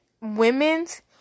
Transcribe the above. women's